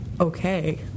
okay